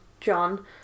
John